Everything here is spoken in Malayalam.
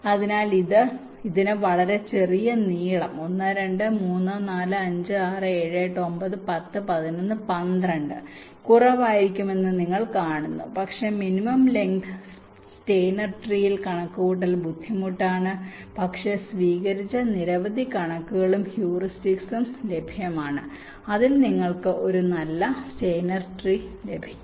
അതിനാൽ ഇതിന് വളരെ ചെറിയ നീളം 1 2 3 4 5 6 7 8 9 10 11 12 കുറവായിരിക്കുമെന്ന് നിങ്ങൾ കാണുന്നു പക്ഷേ മിനിമം ലെങ്ത് സ്റ്റെയ്നർ ട്രീയിൽ കണക്കുകൂട്ടൽ ബുദ്ധിമുട്ടാണ് പക്ഷേ സ്വീകരിച്ച നിരവധി കണക്കുകളും ഹ്യൂറിസ്റ്റിക്സും ലഭ്യമാണ് അതിൽ നിങ്ങൾക്ക് ഒരു നല്ല സ്റ്റെയ്നർ ട്രീ ലഭിക്കും